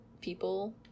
people